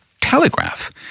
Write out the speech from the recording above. Telegraph